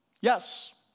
Yes